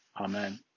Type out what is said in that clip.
Amen